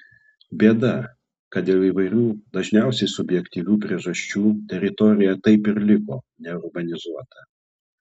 bėda kad dėl įvairių dažniausiai subjektyvių priežasčių teritorija taip ir liko neurbanizuota